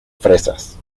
fresas